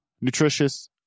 Nutritious